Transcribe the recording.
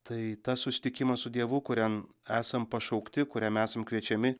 tai tas susitikimas su dievu kuriam esam pašaukti kuriam esam kviečiami